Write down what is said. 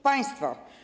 Państwo.